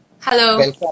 Hello